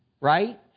right